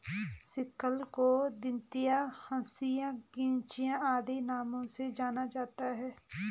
sickle को दँतिया, हँसिया, कचिया आदि नामों से जाना जाता है